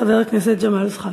חבר הכנסת ג'מאל זחאלקה.